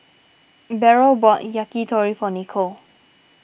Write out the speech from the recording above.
Beryl bought Yakitori for Nikole